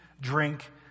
drink